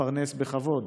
להתפרנס בכבוד.